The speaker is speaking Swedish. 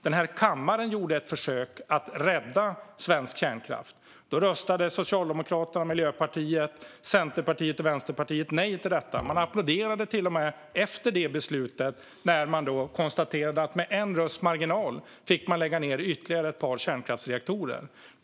Den här kammaren gjorde ett försök att rädda svensk kärnkraft. Socialdemokraterna, Miljöpartiet, Centerpartiet och Vänsterpartiet röstade nej till detta. Man applåderade till och med efter det beslutet, när man konstaterade att man med en rösts marginal fick lägga ned ytterligare ett par kärnkraftsreaktorer.